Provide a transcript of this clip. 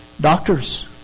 Doctors